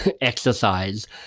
exercise